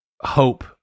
hope